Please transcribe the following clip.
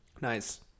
Nice